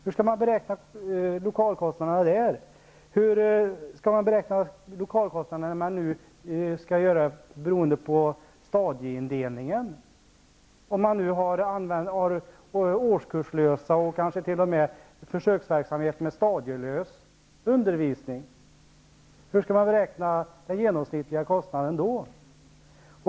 Hur skall man räkna beroende på stadieindelningen om man nu har årskurslösa eller kanske t.o.m. försöksverksamhet med stadielös undervisning? Hur skall man beräkna den genomsnittliga kostnaden då?